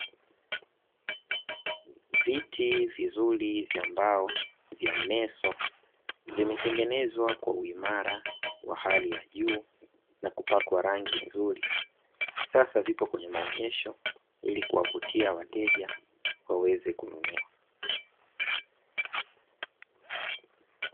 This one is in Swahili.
Viti vizuri vya mbao vya mneso vimetengenezwa kwa uimara wa hali ya juu na kupakwa rangi nzuri sasa vipo kwenye maonyesho ili kuwavutia wateja waweze kununua.